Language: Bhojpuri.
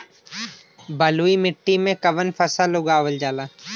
बलुई मिट्टी में कवन फसल उगावल जाला?